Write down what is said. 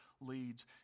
leads